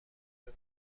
بده